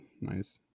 Nice